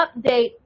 update